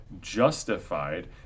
justified